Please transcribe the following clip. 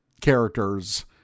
characters